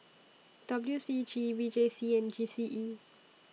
W C G V J C and G C E